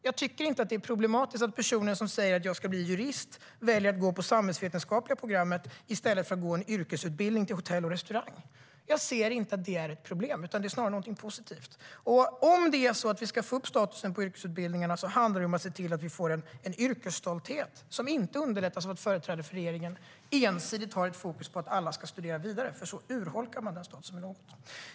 Jag tycker inte att det är problematiskt att personer som säger att de ska bli jurister väljer att gå på samhällsvetenskapliga programmet i stället för att gå en yrkesutbildning till hotell och restaurang. Jag ser det inte som ett problem utan snarare som något positivt. Om vi ska få upp statusen på yrkesutbildningarna handlar det om att skapa en yrkesstolthet, något som inte underlättas av att företrädare för regeringen ensidigt har ett fokus på att alla ska studera vidare, för så urholkar man statusen.